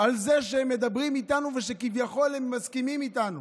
על זה שהם מדברים איתנו ושכביכול הם מסכימים איתנו,